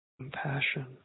compassion